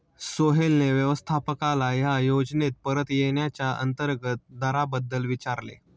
सोहेलने व्यवस्थापकाला या योजनेत परत येण्याच्या अंतर्गत दराबद्दल विचारले